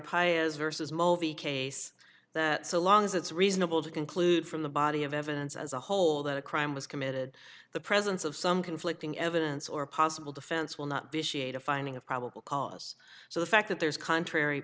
pious versus movie case that so long as it's reasonable to conclude from the body of evidence as a whole that a crime was committed the presence of some conflicting evidence or possible defense will not vitiate a finding of probable cause so the fact that there is contrary